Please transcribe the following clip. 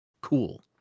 Cool